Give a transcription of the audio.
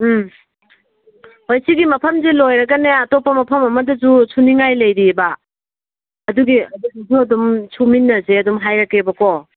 ꯎꯝ ꯍꯣꯏ ꯁꯤꯒꯤ ꯃꯐꯝꯁꯦ ꯂꯣꯏꯔꯒꯅꯦ ꯑꯇꯣꯞꯄ ꯃꯐꯝ ꯑꯃꯗꯁꯨ ꯁꯨꯅꯤꯡꯉꯥꯏ ꯂꯩꯔꯤꯕ ꯑꯗꯨꯒꯤ ꯑꯗꯨꯒꯤꯁꯨ ꯑꯗꯨꯝ ꯁꯨꯃꯤꯟꯅꯁꯦ ꯑꯗꯨꯝ ꯍꯥꯏꯔꯛꯀꯦꯕꯀꯣ